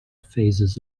phases